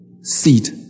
seat